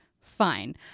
fine